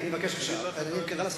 עד מתי?